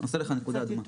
הוא עושה לך נקודה אדומה.